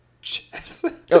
Chess